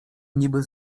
niby